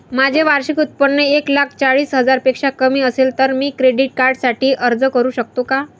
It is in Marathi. माझे वार्षिक उत्त्पन्न एक लाख चाळीस हजार पेक्षा कमी असेल तर मी क्रेडिट कार्डसाठी अर्ज करु शकतो का?